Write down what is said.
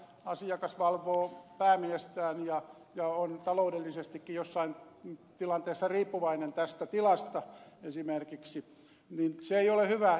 asiakas valvoo päämiestään ja on esimerkiksi taloudellisestikin jossain tilanteessa riippuvainen tästä tilasta ja se ei ole hyvä